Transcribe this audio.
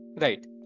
right